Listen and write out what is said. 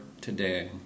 today